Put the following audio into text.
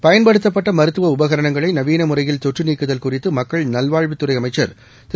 பயன்படுத்தப்பட்ட மருத்துவ உபகரணங்களை நவீன முறையில் தொற்று நீக்குதல் குறித்து மக்கள் நல்வாழ்வுத்துறை அமைச்சர் திரு